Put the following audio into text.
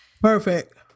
Perfect